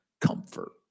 comfort